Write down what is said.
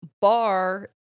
bar